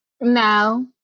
No